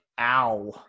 ow